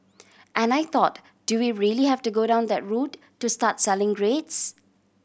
and I thought do we really have to go down that route to start selling grades